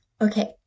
Okay